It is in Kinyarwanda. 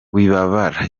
wibabara